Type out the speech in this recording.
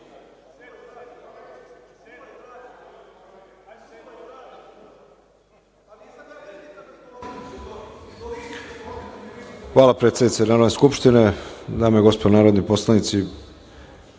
Hvala, predsednice Narodne skupštine. Dame i gospodo narodni poslanici,